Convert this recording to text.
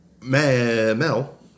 Mel